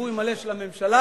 בגיבוי מלא של הממשלה.